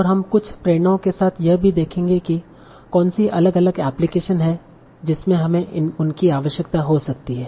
और हम कुछ प्रेरणाओं के साथ यह भी देखेंगे की कौनसी अलग अलग एप्लीकेशन हैं जिसमे हमें उनकी आवश्यकता हो सकती है